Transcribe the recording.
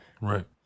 right